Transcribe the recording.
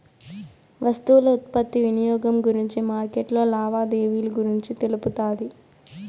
వస్తువుల ఉత్పత్తి వినియోగం గురించి మార్కెట్లో లావాదేవీలు గురించి తెలుపుతాది